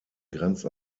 grenzt